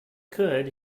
could